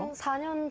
sana and